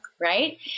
Right